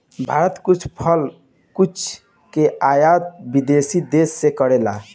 भारत कुछ फल कुल के आयत विदेशी देस से करेला